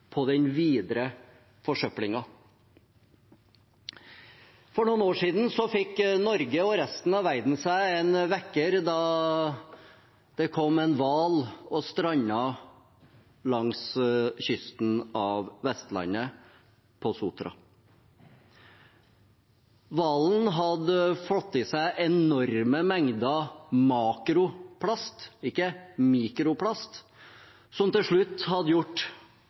på den videre forsøplingen. For noen år siden fikk Norge og resten av verden seg en vekker da en hval strandet på kysten av Vestlandet, på Sotra. Hvalen hadde fått i seg enorme mengder makroplast – ikke mikroplast – som til slutt